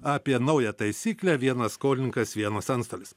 apie naują taisyklę vienas skolininkas vienas antstolis